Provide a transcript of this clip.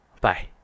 Bye